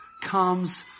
comes